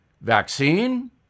Vaccine